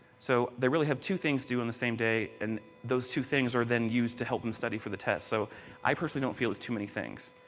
so, they really have two things due on the same day and those two things are then used to help them study for the test, so i personally do not feel as too many things.